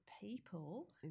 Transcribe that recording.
people